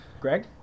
Greg